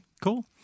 Cool